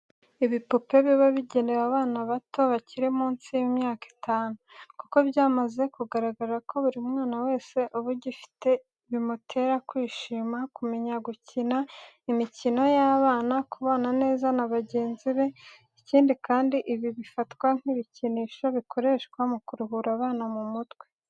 Ibipupe biba bigenewe abana bato bakiri munsi y'imyaka itanu, kuko byamaze kugaragara ko buri mwana wese uba ugifite bimutera kwishima, kumenya gukina imikino y'abana, kubana neza na bagenzi be ikindi kandi ibi bifatwa nk'ibikinisho bikoreshwa mu kuruhura abana mu mutwe.